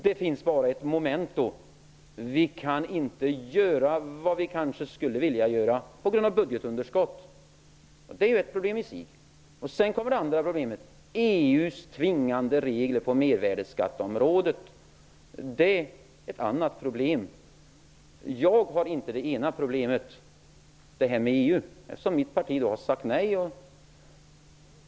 Det finns dock ett memento: Vi kan på grund av budgetunderskott inte göra vad vi kanske skulle vilja göra. Det är ett problem. Ett annat är Jag har inte problemet med EU; eftersom mitt parti har sagt nej till EU.